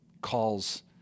calls